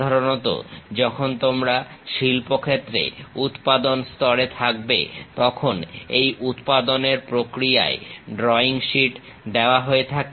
সাধারণত যখন তোমরা শিল্পক্ষেত্রে উৎপাদন স্তরে থাকবে তখন এই উৎপাদনের প্রক্রিয়ায় ড্রয়িং শীট দেওয়া হয়ে থাকে